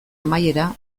amaiera